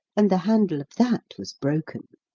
and the handle of that was broken.